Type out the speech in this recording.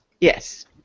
Yes